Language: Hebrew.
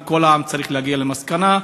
וכל העם צריך להגיע למסקנה,